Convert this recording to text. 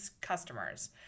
customers